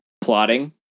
Plotting